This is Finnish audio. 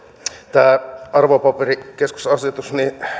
tämä arvopaperikeskusasetus